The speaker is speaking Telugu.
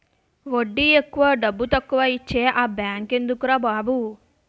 వడ్డీ ఎక్కువ డబ్బుతక్కువా ఇచ్చే ఆ బేంకెందుకురా బాబు